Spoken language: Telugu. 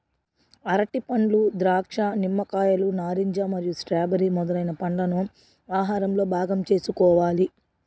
అరటిపండ్లు, ద్రాక్ష, నిమ్మకాయలు, నారింజ మరియు స్ట్రాబెర్రీ మొదలైన పండ్లను ఆహారంలో భాగం చేసుకోవాలి